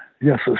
yes